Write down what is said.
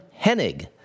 Hennig